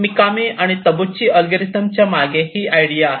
Mikami आणि Tabuchi algorithm च्या मागे ही आयडिया आहे